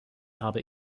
habe